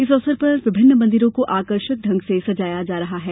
इस अवसर पर विभिन्न मंदिरों को आकर्षक ढंग से सजाया जा रहा है